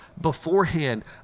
beforehand